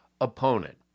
opponent